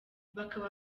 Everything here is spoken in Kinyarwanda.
bakaba